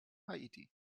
haiti